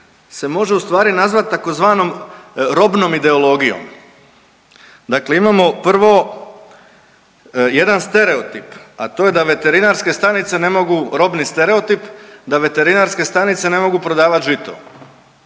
se može u stvari nazvati tzv. robnom ideologijom. Dakle, imamo prvo jedan stereotip, a to je da veterinarske stanice ne mogu, robni stereotip, da veterinarske stanice ne mogu prodavati žito.